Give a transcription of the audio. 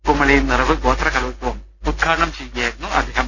കുമളിയിൽ നിറവ് ഗോത്ര കലോത്സവം ഉദ്ഘാടനം ചെയ്യുകയായിരുന്നു അദ്ദേഹം